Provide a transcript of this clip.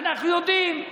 אנחנו יודעים.